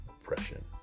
oppression